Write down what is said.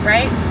Right